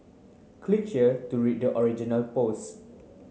click here to read the original pose